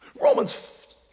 Romans